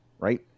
Right